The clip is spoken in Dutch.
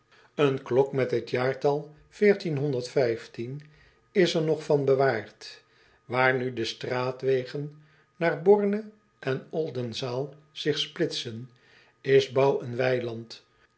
en klok met het jaartal is er nog van bewaard aar nu de straatwegen naar orne en ldenzaal zich splitsen is bouw en weiland